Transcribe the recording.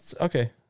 Okay